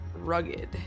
Rugged